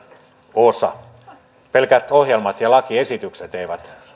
osa pelkät ohjelmat ja lakiesitykset eivät